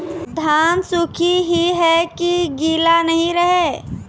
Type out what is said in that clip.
धान सुख ही है की गीला नहीं रहे?